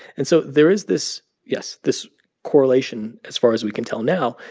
and so there is this, yes, this correlation, as far as we can tell now,